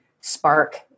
spark